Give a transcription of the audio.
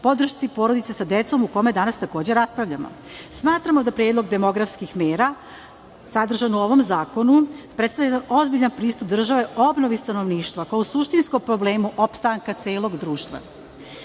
podršci porodici sa decom, o kome danas takođe raspravljamo. Smatramo da predlog demografskih mera sadržan u ovom zakonu predstavlja jedan ozbiljan pristup države obnovi stanovništva, kao suštinskom problemu opstanka celog društva. Naime,